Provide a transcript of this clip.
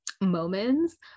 moments